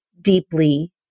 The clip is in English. deeply